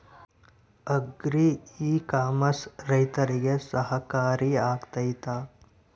Agri e commerce ರೈತರಿಗೆ ಸಹಕಾರಿ ಆಗ್ತೈತಾ?